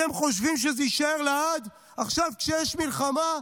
אתם חושבים שזה יישאר לעד עכשיו, כשיש מלחמה?